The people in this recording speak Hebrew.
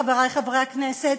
חברי חברי הכנסת,